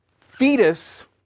fetus